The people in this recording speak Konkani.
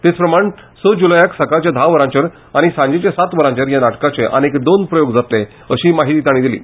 तेच प्रमाणे स जुलयाक सकाळच्या धा वरांचेर आनी सांजेच्या सात वरांचेर ह्या नाटकाचे आनीक दोन प्रयोग जातले अशी माहिती तांणी दिली